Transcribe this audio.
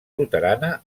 luterana